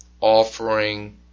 offering